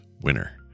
winner